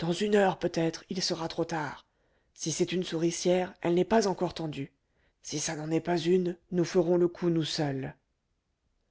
dans une heure peut-être il sera trop tard si c'est une souricière elle n'est pas encore tendue si ça n'en est pas une nous ferons le coup nous seuls